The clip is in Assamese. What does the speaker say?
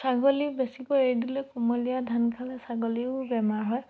ছাগলী বেছিকৈ এৰি দিলে কোমলীয়া ধান খালে ছাগলীও বেমাৰ হয়